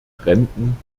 bränden